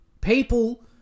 people